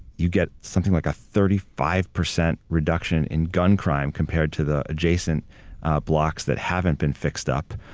you get something like a thirty five percent reduction in gun crime compared to the adjacent blocks that haven't been fixed up,